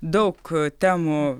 daug temų